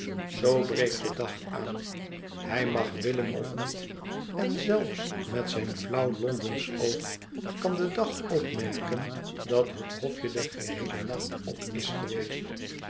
zoo breekt de dag aan hij mag willen of niet en zelfs met zijn flauw londensch oog kan de dag opmerken dat het hofje den geheelen nacht op is geweest